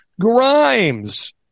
Grimes